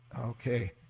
Okay